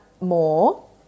more